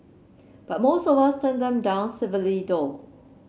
but most of us turn them down civilly though